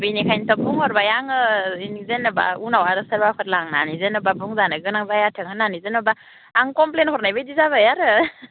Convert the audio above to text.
बिनिखायनोथ' बुंहरबाय आङो जेनोबा उनाव आरो सोरबाफोर लांनानै जेनोबा बुंजानो गोनां जायाथों होननानै जेनोबा आं कमप्लेन्ट हरनायबायदि जाबाय आरो